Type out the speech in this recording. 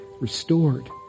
restored